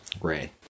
Ray